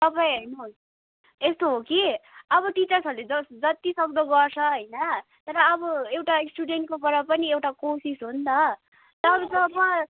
तपाईँ हेर्नुहोस् यस्तो हो कि अब टिचरहरूले जस जतिसक्दो गर्छ होइन तर अब एउटा स्टुडेन्टकोबाट पनि एउटा कोसिस हो नि त